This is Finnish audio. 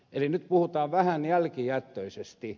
eli nyt puhutaan vähän jälkijättöisesti